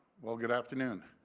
well, good afternoon.